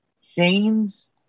Shane's